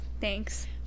Thanks